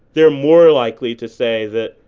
they're more likely to say that,